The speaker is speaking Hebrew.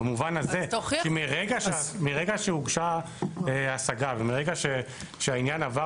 במובן הזה שמרגע שהוגשה השגה ומרגע שהעניין עבר